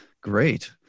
Great